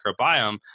microbiome